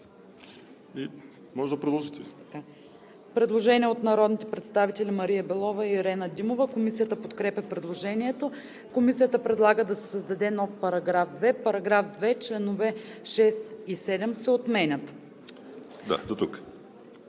подкрепя предложението. Предложение от народните представители Мария Белова и Ирена Димова. Комисията подкрепя предложението. Комисията предлага да се създаде нов § 2: „§ 2. Членове 6 и 7 се отменят.“